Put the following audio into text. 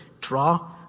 draw